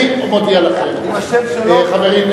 אני מודיע לכם: חברים,